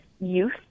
youth